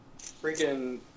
freaking